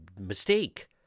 mistake